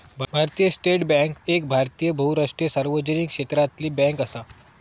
भारतीय State Bank एक भारतीय बहुराष्ट्रीय सार्वजनिक क्षेत्रातली बॅन्क असा